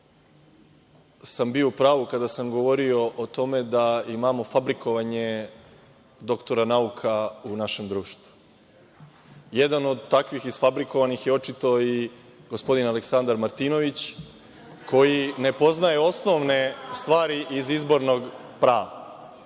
sam bio u pravu kada sam govorio o tome da imamo fabrikovanje doktora nauka u našem društvu. Jedan od takvih izfabrikovanih je očito i gospodin Aleksandar Martinović koji ne poznaje osnovne stvari iz izbornog prava.